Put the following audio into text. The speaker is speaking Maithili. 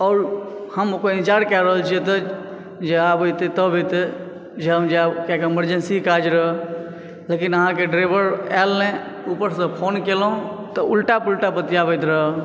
आओर हम ओकर इंतज़ार कए रहल छियै एतय जे आब एतै तब एतै जे हम जायब कियाकि इमर्जेन्सी काज रहै लेकिन अहाँके ड्राइवर आयल नहि ऊपर से फ़ोन कएलहुॅं तऽ उल्टा पुलटा बतियाबैत रहय